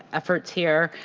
efforts here,